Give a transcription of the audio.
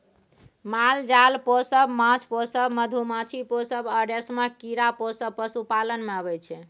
माल जाल पोसब, माछ पोसब, मधुमाछी पोसब आ रेशमक कीरा पोसब पशुपालन मे अबै छै